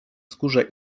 skórze